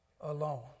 alone